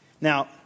Now